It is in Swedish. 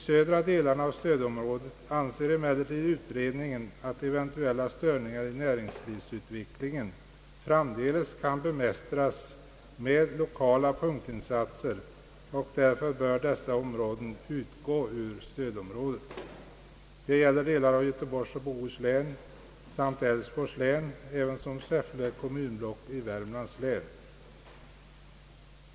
Utredningen anser emellertid, att eventuella störningar i näringslivsutvecklingen i de södra delarna av stödområdet framdeles kan bemästras med lokala punktinsatser och att dessa områden därför bör utgå ur stödområdet. Det gäller delar av Göteborgs och Bohus län samt Älvsborgs län ävensom Säffle kommunblock i Värmlands län.